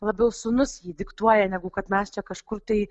labiau sūnus jį diktuoja negu kad mes čia kažkur tai